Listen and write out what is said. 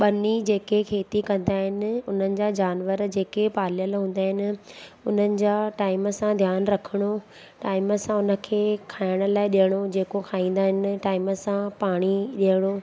बनी जेके खेती कंदा आहिनि हुननि जा जानवर जेके पालियल हूंदा आहिनि हुननि जा टाइम सां ध्यानु रखणो टाइम सां हुनखे खाइण लाइ ॾियणो हुजे जेको खाईंदा आहिनि टाइम सां पाणी ॾियणो